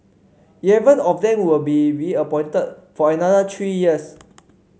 eleven of them will be reappointed for another three years